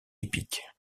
épique